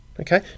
Okay